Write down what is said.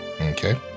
Okay